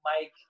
Mike